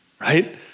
Right